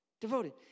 Devoted